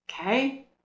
okay